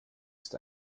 ist